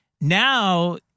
Now